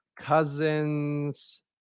Cousins